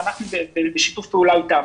ואנחנו בשיתוף פעולה אתם.